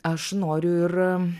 aš noriu ir